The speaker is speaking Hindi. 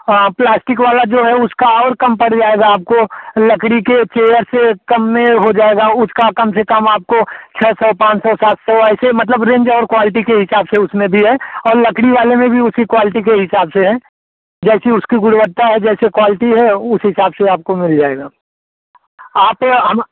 हँ प्लास्टिक वाला जो है उसका और कम पड़ जाएगा आपको लकड़ी की चेयर से कम में हो जाएगा उसका कम से कम आपको छः सौ पाँच सौ सात सौ ऐसे मतलब रेंज और क्वालटी के हिसाब से उसमें भी है और लकड़ी वाले में भी उसी क्वालटी के हिसाब से है जैसी उसकी गुणवत्ता है जैसे क्वालटी है उस हिसाब से आपको मिल जाएगा आप हम